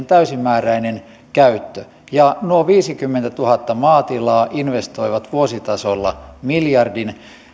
täysimääräinen käyttö ja nuo viisikymmentätuhatta maatilaa investoivat vuositasolla miljardin